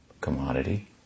commodity